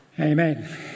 Amen